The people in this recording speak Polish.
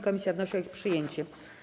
Komisja wnosi o ich przyjęcie.